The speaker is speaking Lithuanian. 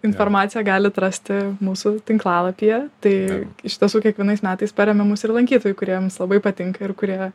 informaciją galit rasti mūsų tinklalapyje tai iš tiesų kiekvienais metais paremia mus ir lankytojai kuriems labai patinka ir kurie